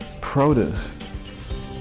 produce